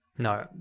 No